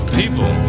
people